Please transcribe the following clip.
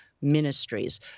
ministries